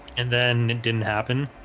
and then it didn't happen